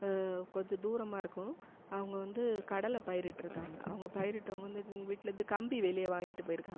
கொஞ்சம் தூரமாக இருக்கும் அவங்க வந்து கடலை பயிரிட்டுருக்காங்க அவங்க பயிரிட்டவங்க வந்து எங்கள் வீட்லருந்து கம்பி வேலியை வாங்கிட்டு போயிருக்காங்க